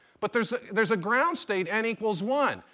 but there's there's a ground state, n equals one.